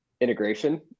integration